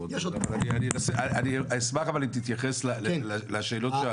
אבל אני אשמח אם תתייחס לשאלות שעלו פה.